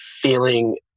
feeling